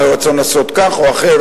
אולי הרצון לעשות כך או אחרת,